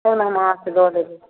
advance दऽ देब